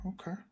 okay